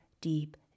deep